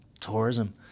tourism